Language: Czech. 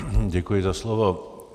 Děkuji za slovo.